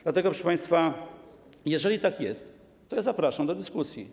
Dlatego, proszę państwa, jeżeli tak jest, to zapraszam do dyskusji.